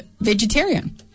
vegetarian